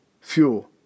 fuel